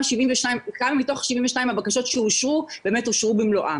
מתוך 72% הבקשות שאושרו אושרו במלואן.